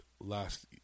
last